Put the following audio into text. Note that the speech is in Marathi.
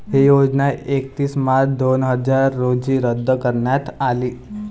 ही योजना एकतीस मार्च दोन हजार रोजी रद्द करण्यात आली